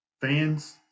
Fans